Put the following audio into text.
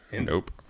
nope